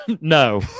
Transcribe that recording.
no